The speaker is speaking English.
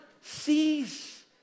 sees